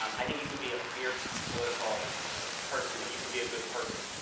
um i think you can be a fierce political person, but you can be a good person.